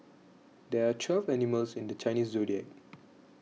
there are twelve animals in the Chinese zodiac